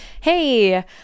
Hey